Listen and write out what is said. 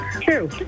True